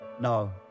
No